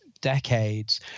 decades